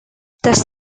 das